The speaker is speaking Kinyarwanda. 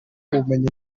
ubumenyi